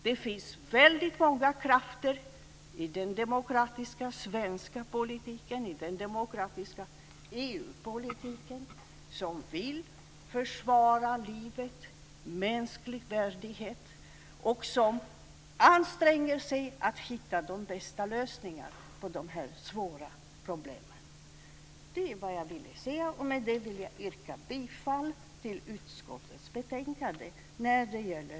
Det finns väldigt många krafter i den demokratiska svenska politiken och den demokratiska EU-politiken som vill försvara livet, mänsklig värdighet och som anstränger sig för att hitta de bästa lösningarna på de svåra problemen. Detta är vad jag vill säga, och med detta yrkar jag bifall till utskottets hemställan under mom. 5.